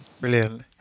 brilliant